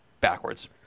backwards